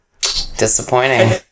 Disappointing